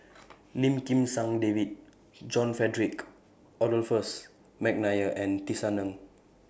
Lim Kim San David John Frederick Adolphus Mcnair and Tisa Ng